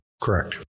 Correct